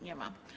Nie ma.